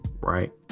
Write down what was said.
right